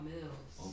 Mills